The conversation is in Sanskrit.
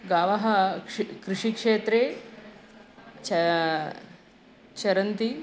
गावः श् कृषिक्षेत्रे च चरन्ति